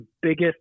biggest